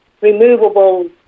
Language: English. removable